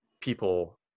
people